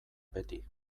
beti